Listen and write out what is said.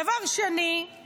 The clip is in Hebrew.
דבר שני,